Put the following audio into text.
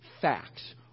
facts